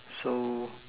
so